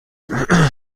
بود